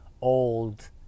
old